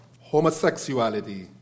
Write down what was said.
homosexuality